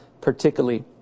particularly